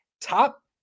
top